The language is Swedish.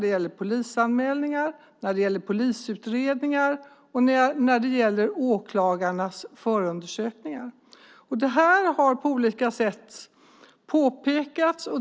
Det gäller polisanmälningar, det gäller polisutredningar och det gäller åklagarnas förundersökningar. Detta har på olika sätt påpekats.